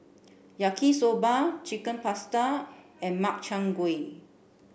Yaki Soba Chicken Pasta and Makchang Gui